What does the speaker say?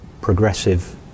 progressive